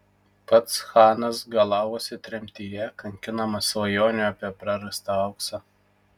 pats chanas galavosi tremtyje kankinamas svajonių apie prarastą auksą